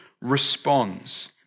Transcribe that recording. responds